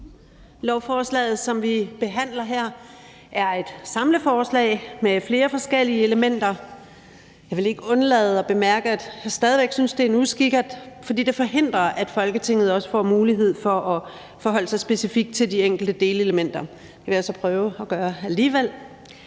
Lovforslaget, som vi behandler her, er et samleforslag med flere forskellige elementer. Jeg vil ikke undlade at bemærke, at jeg stadig væk synes, at det er en uskik, fordi det forhindrer, at Folketinget får mulighed for at forholde sig specifikt til de enkelte delelementer. Det vil jeg så prøve at gøre alligevel.